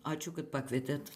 ačiū kad pakvietėt